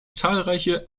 zahlreiche